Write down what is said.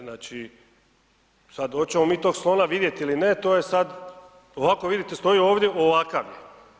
Znači, sad oćemo mi tog slona vidjet ili ne, to je sad, ovako vidite stoji ovdje, ovakav je.